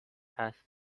هست